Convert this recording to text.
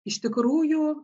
iš tikrųjų